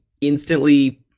instantly